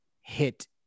hit